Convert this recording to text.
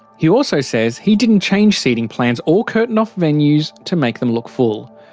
he also says he didn't change seating plans or curtain off venues to make them look full.